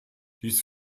dies